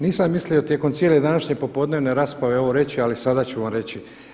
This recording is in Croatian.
Nisam mislio tijekom cijele današnje popodnevne rasprave ovo reći, ali sada ću vam reći.